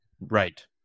Right